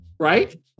right